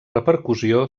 repercussió